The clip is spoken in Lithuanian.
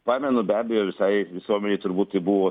pamenu be abejo visai visuomenei turbūt tai buvo